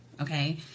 Okay